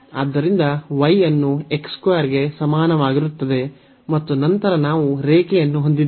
ಆದ್ದರಿಂದ y ಅನ್ನು x 2 ಗೆ ಸಮಾನವಾಗಿರುತ್ತದೆ ಮತ್ತು ನಂತರ ನಾವು ರೇಖೆಯನ್ನು ಹೊಂದಿದ್ದೇವೆ